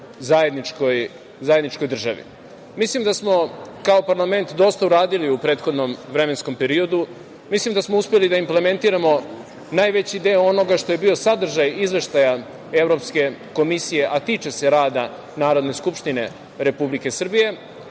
zajedničkoj državi. Mislim da smo kao parlament dosta uradili u prethodnom vremenskom periodu. Mislim da smo uspeli da implementiramo najveći deo onoga što je bio sadržaj izveštaj Evropske komisije, a tiče se rada Narodne skupštine Republike Srbije.